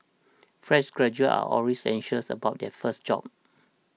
fresh graduates are always anxious about their first job